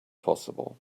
possible